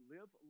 Live